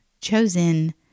chosen